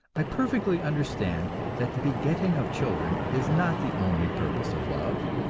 i perfectly understand that the begetting of children is not the only purpose of love.